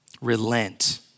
relent